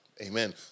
Amen